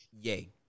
yay